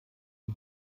wie